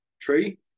tree